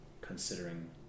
considering